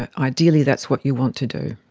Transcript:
ah ideally that's what you want to do.